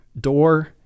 door